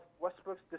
Westbrook's